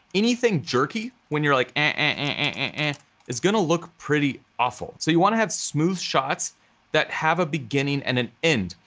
anything jerky, when you're like creaking and is gonna look pretty awful. so you wanna have smooth shots that have a beginning and an end.